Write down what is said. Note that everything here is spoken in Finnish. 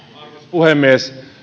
puhemies